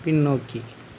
பின்னோக்கி